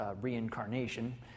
Reincarnation